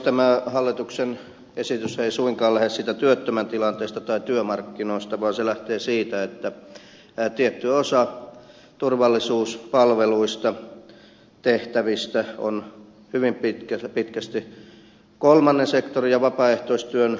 tämä hallituksen esitys ei suinkaan lähde siitä työttömän tilanteesta tai työmarkkinoista vaan se lähtee siitä että tietty osa turvallisuuspalvelutehtävistä on hyvin pitkälti kolmannen sektorin ja vapaaehtoistyön kontolla